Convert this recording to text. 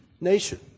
nation